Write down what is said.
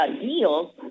deals